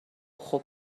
خوب